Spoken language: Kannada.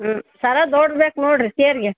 ಹ್ಞೂ ಸರ ದೊಡ್ದು ಬೇಕು ನೋಡಿರಿ ತೇರಿಗೆ